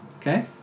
Okay